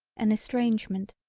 an estrangement,